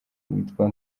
witwa